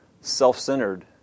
self-centered